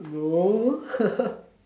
no